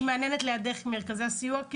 הנציגה של ארגוני הסיוע שיושבת לידך מהנהנת,